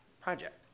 project